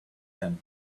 them